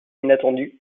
inattendue